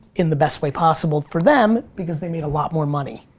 in the best way possible for them, because they made a lot more money.